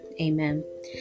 amen